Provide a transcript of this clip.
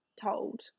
told